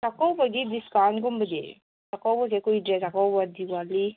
ꯆꯥꯛꯀꯧꯕꯒꯤ ꯗꯤꯁꯀꯥꯎꯟꯒꯨꯝꯕꯗꯤ ꯆꯥꯛꯀꯧꯕꯁꯦ ꯀꯨꯏꯗ꯭ꯔꯦ ꯆꯥꯡꯀꯧꯕ ꯗꯤꯋꯥꯂꯤ